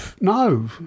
no